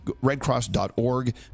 RedCross.org